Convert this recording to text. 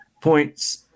points –